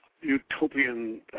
utopian